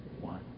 One